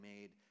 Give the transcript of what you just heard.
made